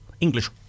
English